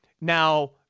Now